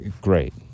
Great